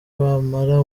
bamara